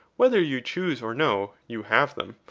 whether you choose or no, you have them.